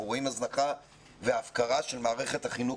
אנחנו רואים הזנחה והפקרה של מערכת החינוך